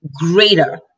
greater